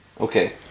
Okay